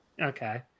Okay